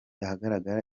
ahagaragara